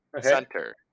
Center